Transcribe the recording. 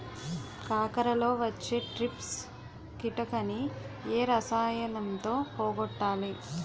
కాకరలో వచ్చే ట్రిప్స్ కిటకని ఏ రసాయనంతో పోగొట్టాలి?